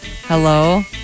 Hello